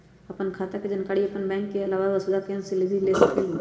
आपन खाता के जानकारी आपन बैंक के आलावा वसुधा केन्द्र से भी ले सकेलु?